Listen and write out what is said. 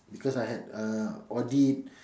because I had uh audit